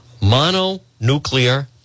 Mononuclear